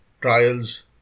trials